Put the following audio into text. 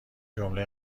جمله